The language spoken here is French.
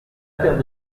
perte